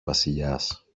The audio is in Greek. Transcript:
βασιλιάς